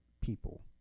people